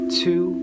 two